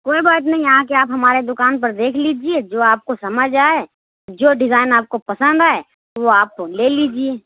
کوئی بات نہیں آکے آپ ہمارے دُکان پر دیکھ لیجیے جو آپ کو سمجھ آئے جو ڈیزائن آپ کو پسند آئے وہ آپ لے لیجیے